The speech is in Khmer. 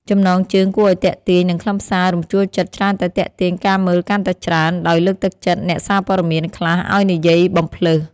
ចំណងជើងគួរឱ្យទាក់ទាញ និងខ្លឹមសាររំជួលចិត្តច្រើនតែទាក់ទាញការមើលកាន់តែច្រើន ដោយលើកទឹកចិត្តអ្នកសារព័ត៌មានខ្លះឱ្យនិយាយបំផ្លើស។